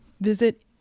Visit